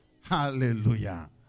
Hallelujah